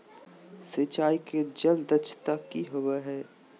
सिंचाई के जल दक्षता कि होवय हैय?